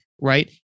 right